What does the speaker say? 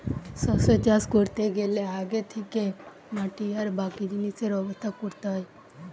শস্য চাষ কোরতে গ্যালে আগে থিকে মাটি আর বাকি জিনিসের ব্যবস্থা কোরতে হয়